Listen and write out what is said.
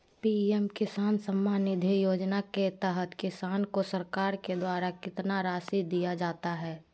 PM Kisan Samman Nidhi योजना के तहत किसान को सरकार के द्वारा कितना रासि दिया जाता है?